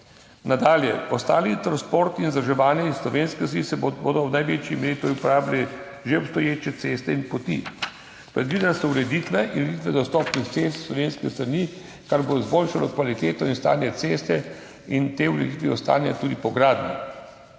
Nadalje. Za ostali transport in vzdrževanje s slovenske strani bodo v največji meri tudi uporabili že obstoječe ceste in poti. Predvidene so ureditve dostopnih cest s slovenske strani, kar bo izboljšalo kvaliteto in stanje ceste, in te ureditve ostanejo tudi po gradnji.